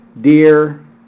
dear